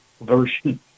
version